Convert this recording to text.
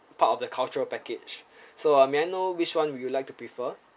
part of the cultural package so uh may I know which one would you like to prefer